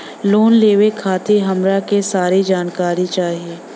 Loan लेवे खातीर हमरा के सारी जानकारी चाही?